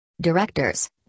Directors